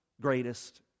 greatest